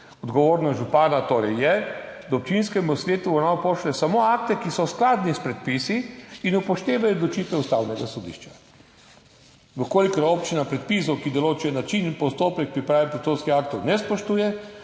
Odgovornost župana je torej, da občinskemu svetu v obravnavo pošlje samo akte, ki so skladni s predpisi in upoštevajo odločitve Ustavnega sodišča. Če občina predpisov, ki določajo način in postopek priprave prostorskih aktov, ne spoštuje